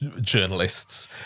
journalists